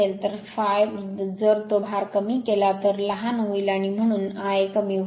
तर ∅ जर तो भार कमी केला तर लहान होईल आणि म्हणून Ia कमी होईल